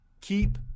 keep